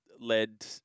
led